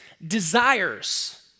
desires